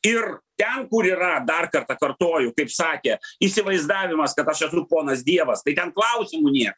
ir ten kur yra dar kartą kartoju kaip sakė įsivaizdavimas kad aš esu ponas dievas tai ten klausimų nėr